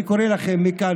אני קורא לכם מכאן,